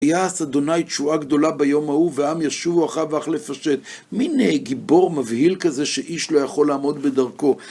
ויעש ה' תשועה גדולה ביום ההוא, והעם ישובו אחריו אך לפשט. מין גיבור מבהיל כזה, שאיש לא יכול לעמוד בדרכו.